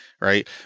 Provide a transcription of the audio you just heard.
right